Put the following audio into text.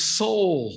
soul